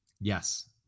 yes